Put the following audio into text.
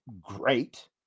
great